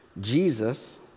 Jesus